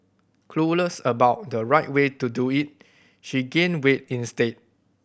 clueless about the right way to do it she gained weight instead